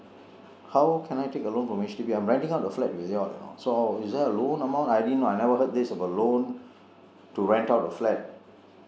how can I take a loan from H_D_B I am renting out the flat with you all you know so is there a loan amount I didn't know I never heard this of a loan to rent out a flat